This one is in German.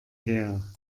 her